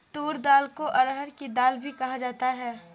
तूर दाल को अरहड़ की दाल भी कहा जाता है